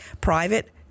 private